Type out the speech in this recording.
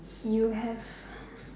you have